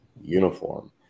uniform